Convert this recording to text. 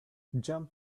jump